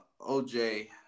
OJ